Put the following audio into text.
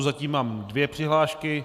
Zatím mám dvě přihlášky.